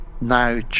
now